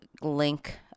link